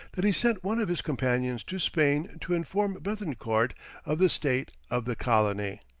that he sent one of his companions to spain to inform bethencourt of the state of the colony.